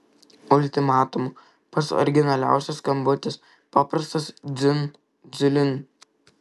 ultimatumu pats originaliausias skambutis paprastas dzin dzilin